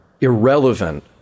irrelevant